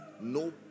no